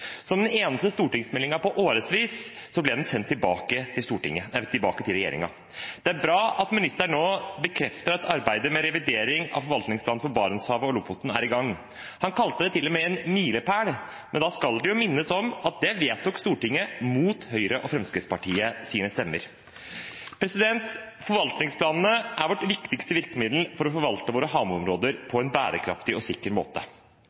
Som den eneste stortingsmeldingen på årevis ble den sendt tilbake til regjeringen. Det er bra at ministeren nå bekrefter at arbeidet med revidering av forvaltningsplanen for Barentshavet – Lofoten er i gang, han kalte det til og med «en milepæl». Men da skal det minnes om at det vedtok Stortinget mot Høyre og Fremskrittspartiets stemmer. Forvaltningsplanene er vårt viktigste virkemiddel for å forvalte våre havområder på en bærekraftig og sikker måte.